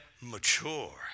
mature